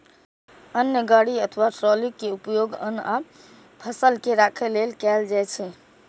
अन्न गाड़ी अथवा ट्रॉली के उपयोग अन्न आ फसल के राखै लेल कैल जाइ छै